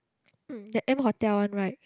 mm the M-Hotel one right